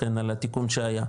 על התיקון שהיה,